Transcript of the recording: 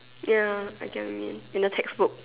ya I get what you mean in the textbook